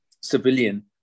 civilian